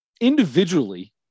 individually